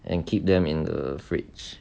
and keep them in the fridge